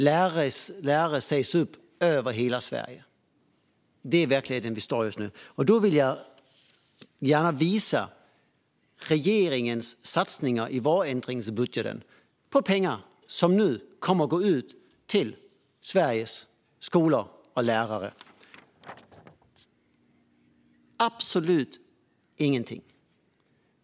Lärare sägs upp över hela Sverige. Vad satsar då regeringen i vårändringsbudgeten? Vilka pengar kommer nu att gå ut till Sveriges skolor och lärare? Absolut ingenting!